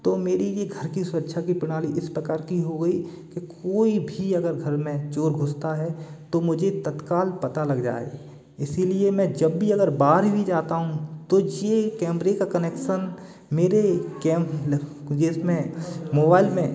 तो मेरी ये घर की सुरक्षा की प्रणाली इस प्रकार की हो गई कि कोई भी अगर घर में चोर घुसता है तो मुझे तत्काल पता लग जाए इसीलिए मैं जब भी अगर बाहर भी जाता हूँ तो ये कैमरे का कनेक्शन मेरे में मोबाइल में